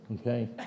okay